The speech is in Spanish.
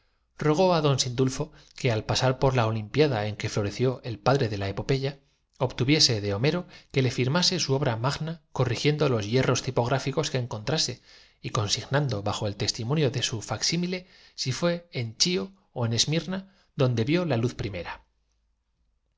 á don sindulfo que al pasar por trasladarse á la grecia del siglo de pericles con el ob la olimpiada en que floreció el padre de la epopeya obtuviese de homero que le firmase jeto de imprimir las conferencias de sócrates y publi su obra magna car un periódico político corrigiendo los yerros tipográficos que encontrase y don sindulfo dió las gracias á todos y á cada cual consignando bajo el testimonio de su facsímile si fué en chio ó en smirna donde vio la luz